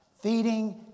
Feeding